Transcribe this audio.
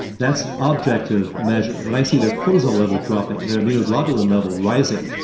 that's objective measure when i see their cortisol level dropping, their immunoglobulin level rising,